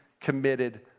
committed